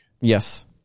Yes